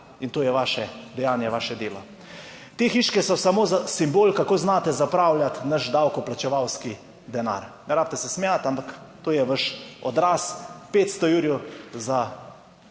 in to je vaše dejanje, vaše delo. Te hiške so samo simbol, kako znate zapravljati naš davkoplačevalski denar. Ne rabite se smejati, ampak to je vaš odraz, 500 jurjev za